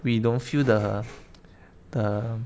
we don't feel the the